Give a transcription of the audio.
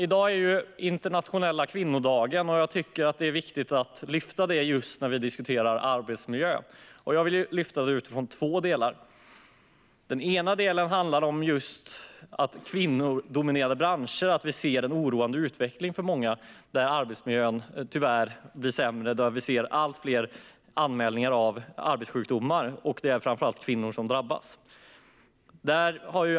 I dag är det den internationella kvinnodagen, som jag tycker är viktig att lyfta fram just när vi diskuterar arbetsmiljö. Jag vill göra det utifrån två delar. Den ena delen handlar om att vi ser en oroande utveckling i många kvinnodominerade branscher. Arbetsmiljön blir tyvärr sämre, vi ser allt fler anmälningar om arbetssjukdomar, och det är framför allt kvinnor som drabbas.